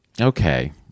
Okay